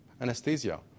anesthesia